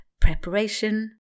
Preparation